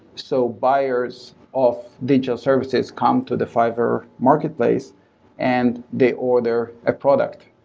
so buyers of digital services come to the fiverr marketplace and they order a product.